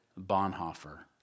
Bonhoeffer